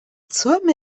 zäume